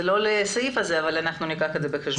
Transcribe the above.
זה לא לסעיף הזה אבל ניקח את זה בחשבון.